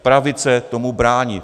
Pravice tomu brání.